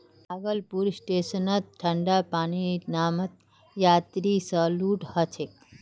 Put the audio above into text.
भागलपुर स्टेशनत ठंडा पानीर नामत यात्रि स लूट ह छेक